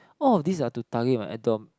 all of this are to target my abdomen